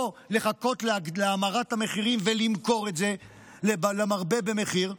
או לחכות להאמרת המחירים ולמכור את זה למרבה במחיר.